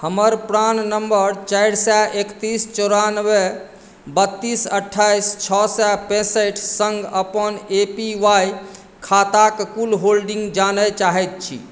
हम प्राण नम्बर चारि तीन एक नओ चारि तीन दू दू आठ छओ छओ पाँच सङ्ग अपन ए पी वाई खाता के कुल होल्डिंग जानय चाहैत छी